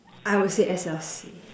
I would say S_L_C